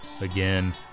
again